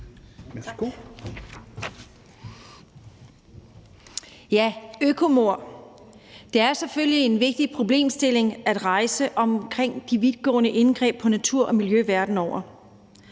Ja, økomord, det er selvfølgelig en vigtig problemstilling at rejse omkring de vidtgående indgreb på natur og miljø verden over.